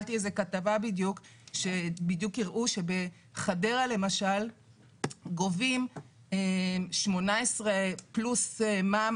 קיבלתי כתבה שהראו שבחדרה גובים 18% פלוס מע"מ